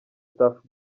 tuff